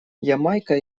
ямайка